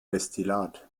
destillat